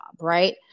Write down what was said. Right